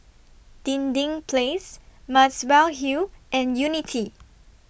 Dinding Place Muswell Hill and Unity